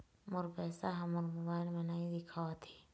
मोर पैसा ह मोर मोबाइल में नाई दिखावथे